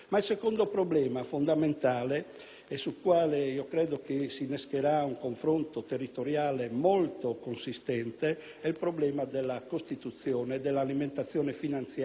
sul quale credo si innescherà un confronto territoriale molto consistente, è quello della costituzione e dell'alimentazione finanziaria del fondo perequativo,